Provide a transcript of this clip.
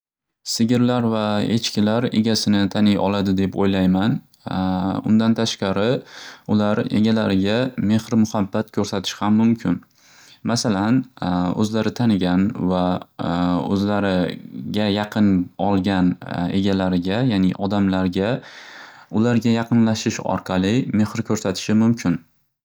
Sigirlar va echkilar egasini taniy oladi deb o'ylayman undan tashqari ular egalariga mehr muhabbat ko'rsatishi ham mumkin. Masalan o'zlari tanigan va o'zlariga yaqin olgan egalariga yani odamlarga ularga yaqinlashish orqali mehr ko'rsatishi mumkin.